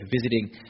visiting